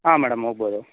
ಹಾಂ ಮೇಡಮ್ ಹೋಗ್ಬೋದು